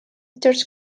george